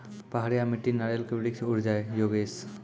पहाड़िया मिट्टी नारियल के वृक्ष उड़ जाय योगेश?